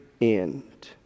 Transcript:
end